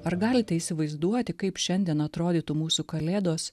ar galite įsivaizduoti kaip šiandien atrodytų mūsų kalėdos